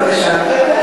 בבקשה.